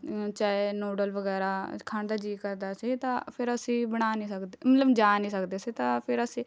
ਚਾਹੇ ਨੂਡਲ ਵਗੈਰਾ ਖਾਣ ਦਾ ਜੀਅ ਕਰਦਾ ਸੀ ਤਾਂ ਫਿਰ ਅਸੀਂ ਬਣਾ ਨਹੀਂ ਸਕਦੇ ਮਤਲਬ ਜਾ ਨਹੀਂ ਸਕਦੇ ਸੀ ਤਾਂ ਫਿਰ ਅਸੀਂ